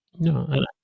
No